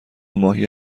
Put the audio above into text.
ماهی